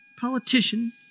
politician